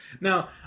Now